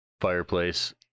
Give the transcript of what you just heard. fireplace